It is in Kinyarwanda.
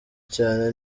cyane